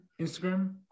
Instagram